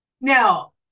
now